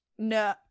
no